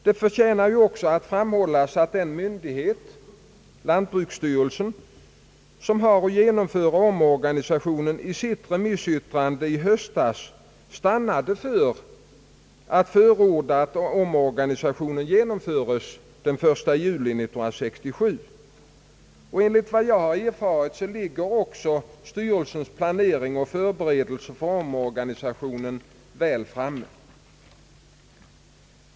Det förtjänar ju också att framhållas att den myndighet, lantbruksstyrelsen, som har att genomföra organisationen, i sitt remissyttrande i höstas stannade för att förorda att omorganisationen skulle genomföras den 1 juli 1967. Enligt vad jag erfarit ligger också styrelsens planering av och förberedelser för omorganisationen väl framme.